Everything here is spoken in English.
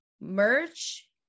merch